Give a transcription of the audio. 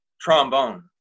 Trombone